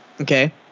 Okay